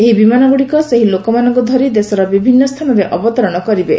ଏହି ବିମାନଗୁଡ଼ିକ ସେହି ଲୋକମାନଙ୍କୁ ଧରି ଦେଶର ବିଭିନ୍ନ ସ୍ଥାନରେ ଅବତରଣ କରିବେ